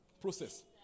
Process